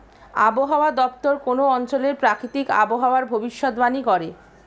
আবহাওয়া দপ্তর কোন অঞ্চলের প্রাকৃতিক আবহাওয়ার ভবিষ্যতবাণী করে